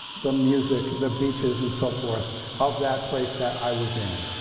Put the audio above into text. the music, the beaches and so forth of that place that i was in,